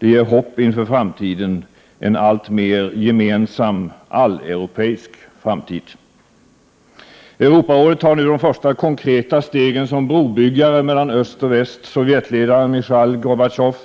Det ger hopp inför framtiden, en alltmer gemensam alleuropeisk framtid. Europarådet tar nu de första konkreta stegen som brobyggare mellan öst och väst. Sovjetledaren Michail Gorbatjovs